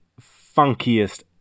funkiest